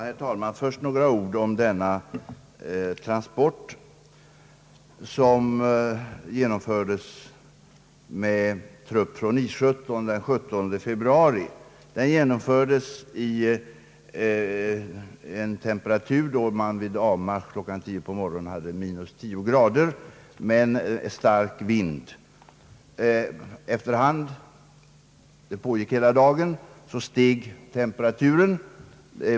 Herr talman! Först några ord om den transport som den 17 februari genomfördes med trupp från 117. Temperaturen var vid avmarsch klockan 10 på morgonen — 10 grader, men stark vind rådde. Transporten pågick hela dagen och efter hand steg temperaturen.